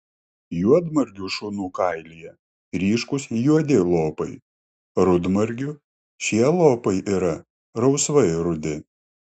juodmargių šunų kailyje ryškūs juodi lopai rudmargių šie lopai yra rausvai rudi